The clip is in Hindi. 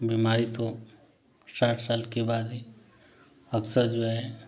बीमारी तो साठ साल के बाद ही अक्सर जो है